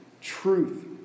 truth